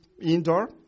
indoor